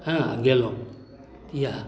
हँ आ गेलहुँ याह